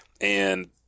And-